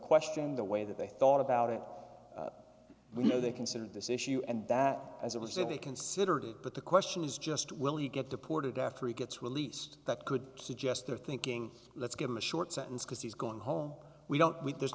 question the way that they thought about it we know they considered this issue and that as it was that they considered it but the question is just will you get deported after he gets released that could suggest they're thinking let's give him a short sentence because he's going home we don't we there's